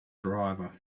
driver